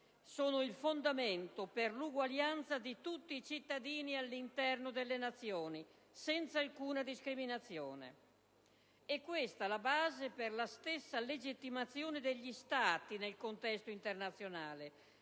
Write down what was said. sono il fondamento per l'uguaglianza di tutti i cittadini all'interno delle nazioni, senza alcuna discriminazione. È questa la base per la stessa legittimazione degli Stati nel contesto internazionale,